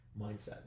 mindset